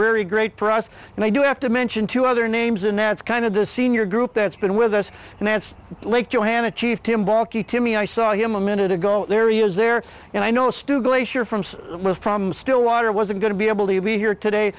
really great for us and i do have to mention two other names in as kind of the senior group that's been with us and that's like joanna chief tim bucky to me i saw him a minute ago there he is there and i know stu glacier from from stillwater wasn't going to be able to be here today